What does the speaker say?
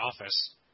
Office